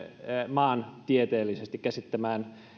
maantieteellisesti käsittämään